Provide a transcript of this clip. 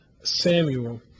Samuel